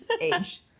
Age